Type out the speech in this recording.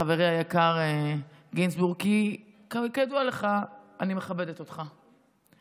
חברי היקר גינזבורג, כי כידוע לך אני מכבדת אותך,